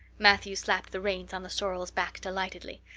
matthew slapped the reins on the sorrel's back delightedly.